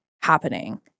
happening